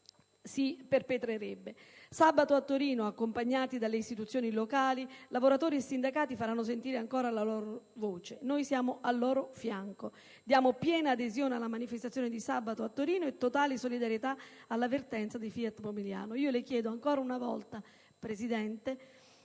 si perpetrerebbe. Sabato, a Torino, accompagnati dalle istituzioni locali, lavoratori e sindacati faranno sentire ancora la loro voce. Noi siamo al loro fianco. Diamo piena adesione alla manifestazione ed esprimiamo totale solidarietà per la vertenza FIAT a Pomigliano. Le chiedo, ancora una volta, Presidente,